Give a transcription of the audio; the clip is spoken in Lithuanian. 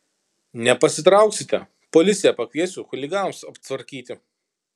nepasitrauksite policiją pakviesiu chuliganams aptvarkyti